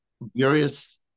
various